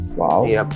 wow